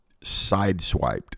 sideswiped